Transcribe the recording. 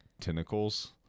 tentacles